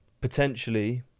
potentially